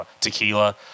tequila